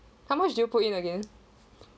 how much do you put it in again